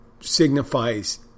signifies